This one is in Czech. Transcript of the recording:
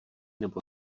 nebo